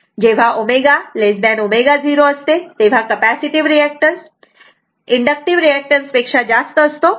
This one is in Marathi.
जेव्हा ω ω0 असते तेव्हा कॅपॅसिटीव्ह रिऍक्टन्स इंडक्टिव्ह रिऍक्टन्स हा पेक्षा जास्त असतो